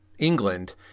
England